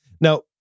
Now